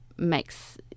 Makes